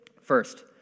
First